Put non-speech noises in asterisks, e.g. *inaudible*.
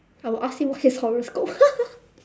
I'll ask him what his horoscope *laughs*